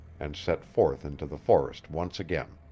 and set forth into the forest once again.